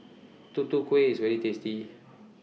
Tutu Kueh IS very tasty